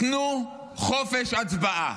תנו חופש הצבעה.